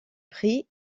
prix